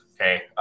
Okay